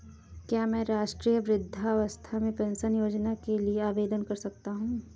क्या मैं राष्ट्रीय वृद्धावस्था पेंशन योजना के लिए आवेदन कर सकता हूँ?